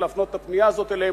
להפנות את הפנייה הזאת אליהם,